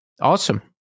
awesome